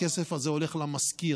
הכסף הזה הולך למשכיר.